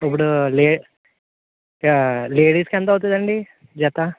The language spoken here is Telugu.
ఇప్పుడూ లే లేడీస్కి ఎంత అవుతుందండి జత